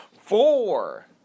Four